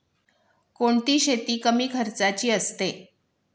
कोणती शेती कमी खर्चाची असते?